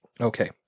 Okay